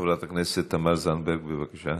חברת הכנסת תמר זנדברג, בבקשה.